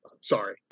sorry